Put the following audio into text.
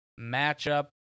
matchup